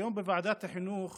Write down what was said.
היום בוועדת החינוך